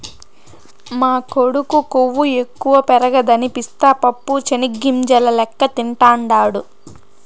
మా కొడుకు కొవ్వు ఎక్కువ పెరగదని పిస్తా పప్పు చెనిగ్గింజల లెక్క తింటాండాడు